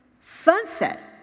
sunset